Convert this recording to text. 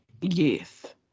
Yes